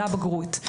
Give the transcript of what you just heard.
לבגרות,